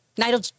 Nigel